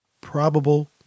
Probable